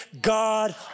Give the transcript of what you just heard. God